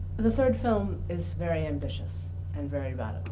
the third film is very ambitious and very but